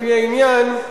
לפי העניין,